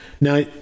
Now